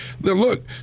Look